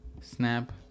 snap